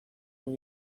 when